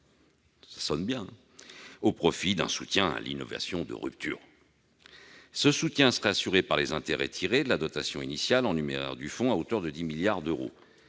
au profit d'un soutien à « l'innovation de rupture ». Cela sonne bien ! Ce soutien serait assuré par les intérêts tirés de la dotation initiale en numéraire du fonds, à hauteur de 10 milliards d'euros.